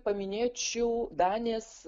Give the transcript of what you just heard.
paminėčiau danės